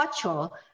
culture